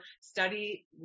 study